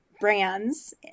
brands